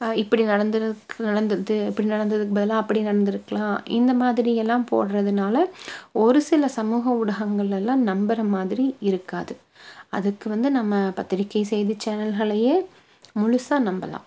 இப்படி நடந்து நடந்துருது இப்படி நடந்ததுக்கு பதிலாக அப்படி நடந்தி இருக்கலாம் இந்தமாதிரி எல்லாம் போடுறதுனால ஒருசில சமூக ஊடகங்கள் எல்லாம் நம்புறமாதிரி இருக்காது அதுக்கு வந்து நம்ம பத்திரிகை செய்தி சேனல்களையே முழுசாக நம்பலாம்